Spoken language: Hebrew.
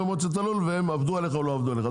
במועצת הלול והם עבדו עליך או לא עבדו עליך.